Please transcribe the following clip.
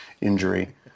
injury